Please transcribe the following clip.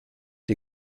die